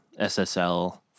SSL